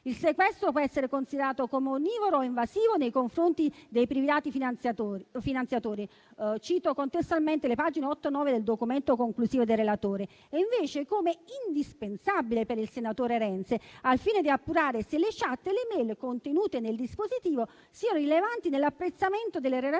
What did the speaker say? Il sequestro può essere considerato come onnivoro o invasivo nei confronti dei privati finanziatori - mi rifaccio a quanto riferito alle pagine 8 e 9 del documento conclusivo del relatore - e invece come indispensabile per il senatore Renzi, al fine di appurare se le *chat* e le *e-mail* contenute nel dispositivo siano rilevanti nell'apprezzamento delle relazioni